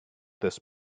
this